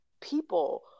people